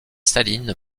salines